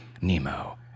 Nemo